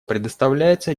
предоставляется